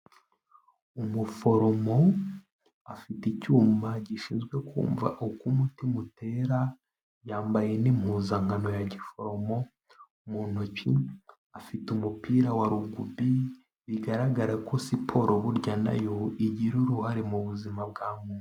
Umuforomo afite icyuma gishinzwe kumva uko umutima utera, yambaye n'impuzankano ya giforomo, mu ntoki afite umupira wa Rugby bigaragara ko siporo burya na yo igira uruhare mu buzima bwa muntu.